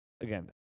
again